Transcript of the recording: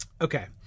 Okay